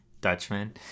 Dutchman